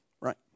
right